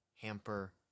hamper